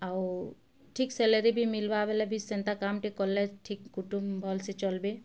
ଆଉ ଠିକ୍ ସେଲେରୀ ବି ମିଲ୍ବା ବେଲେ ବି ସେନ୍ତା କାମ୍ଟେ କଲେ ଠିକ୍ କୁଟୁମ୍ ଭଲ୍ସେ ଚଲ୍ବେ